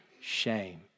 shame